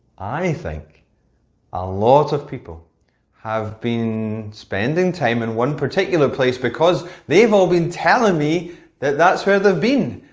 i think a lot of people have been spending time in one particular place because they've all been telling me that that's where they've been.